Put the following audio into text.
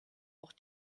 auch